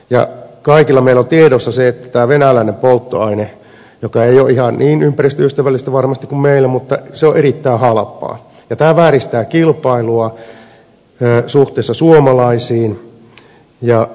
ja kaikilla meillä on tiedossa se että tämä venäläinen polttoaine joka ei ole ihan niin ympäristöystävällistä varmasti kuin meillä on erittäin halpaa ja tämä vääristää kilpailua suhteessa suomalaisiin